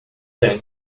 ganho